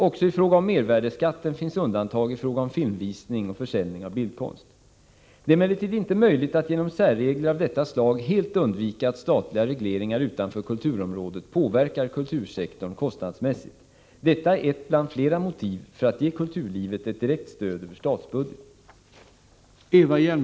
Också i fråga om mervärdeskatten finns undantag i fråga om filmvisning och försäljning av bildkonst. Det är emellertid inte möjligt att genom särregler av detta slag helt undvika att statliga regleringar utanför kulturområdet påverkar kultursektorn kostnadsmässigt. Detta är ett bland flera motiv för att ge kulturlivet ett direkt stöd över statsbudgeten.